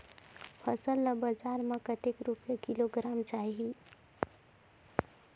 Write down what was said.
फसल ला बजार मां कतेक रुपिया किलोग्राम जाही?